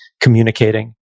communicating